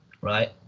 right